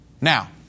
Now